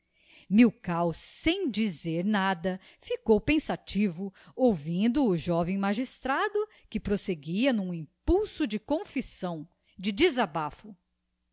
milkau sem dizer nada ficou pensativo ouvindo o joven magistrado que proseguia n'um impulso de confissão de desabafo